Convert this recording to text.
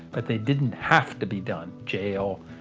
but they didn't have to be done jail,